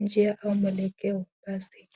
njia au mwelekeo wa basi.